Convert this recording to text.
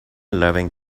loving